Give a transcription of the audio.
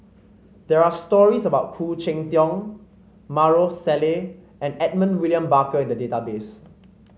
there are stories about Khoo Cheng Tiong Maarof Salleh and Edmund William Barker in the database